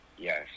Yes